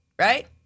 right